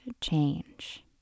change